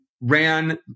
ran